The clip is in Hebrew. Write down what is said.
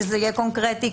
שיהיה קונקרטי,